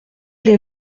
les